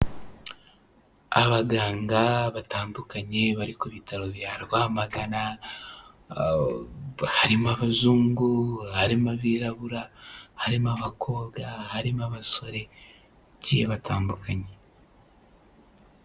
Abaganga batandukanye bari ku bitaro bya Rwamagana, harimo abazungu, harimo abirabura harimo abakobwa, harimo abasore bagiye batandukanye.